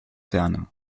ferne